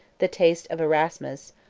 the taste of erasmus,